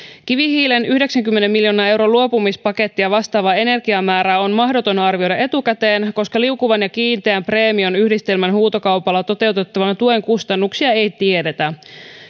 kivihiilen yhdeksänkymmenen miljoonan euron luopumispakettia vastaavaa energiamäärää on mahdoton arvioida etukäteen koska liukuvan ja kiinteän preemion yhdistelmän huutokaupalla toteutettavan tuen kustannuksia ei tiedetä